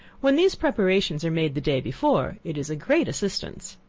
when these preparations are made the day before, it is a great assistance.